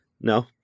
No